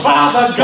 Father